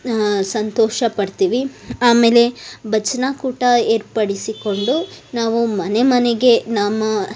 ಸಂತೋಷ ಪಡ್ತೀವಿ ಆಮೇಲೆ ಭಜನಾ ಕೂಟ ಏರ್ಪಡಿಸಿಕೊಂಡು ನಾವು ಮನೆ ಮನೆಗೆ ನಮ್ಮ